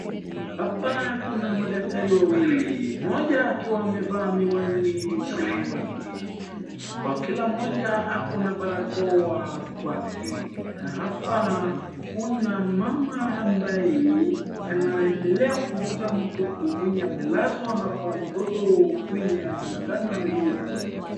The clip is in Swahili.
Hapa kuna madaktari wawili, mmoja akiwa amevaa miwani usoni wake. Kwa kila mmoja ako na barakoa kwake. Na hapa kuna mama ambaye anaendelea kumguza mtoto mwenye amelazwa hapa mtoto mwenye anaonekana yu mgonjwa.